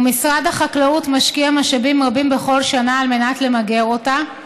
ומשרד החקלאות משקיע משאבים רבים בכל שנה למגר אותה,